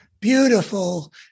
beautiful